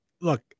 Look